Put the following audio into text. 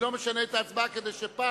כדי שפעם,